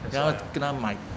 然后跟他买